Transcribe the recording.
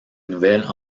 nouvelles